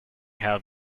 have